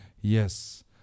Yes